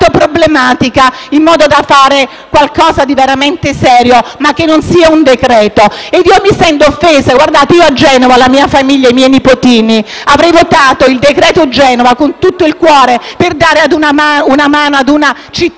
tanto problematica, in modo da fare qualcosa di veramente serio, ma che non sia un decreto. Io mi sento offesa. A Genova ho la mia famiglia e i miei nipotini, quindi avrei votato il cosiddetto decreto Genova con tutto il cuore, per dare una mano a una città